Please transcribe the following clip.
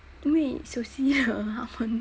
因为熟悉的他们